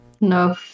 no